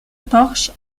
porche